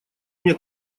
мне